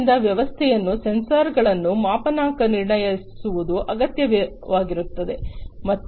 ಆದ್ದರಿಂದ ವ್ಯವಸ್ಥೆಯಲ್ಲಿ ಸೈನ್ಸಗಳನ್ನು ಮಾಪನಾಂಕ ನಿರ್ಣಯಿಸುವುದು ಅಗತ್ಯವಾಗಿರುತ್ತದೆ